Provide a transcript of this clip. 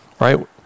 Right